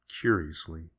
curiously